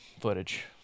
footage